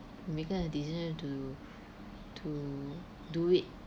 making a decision to to do it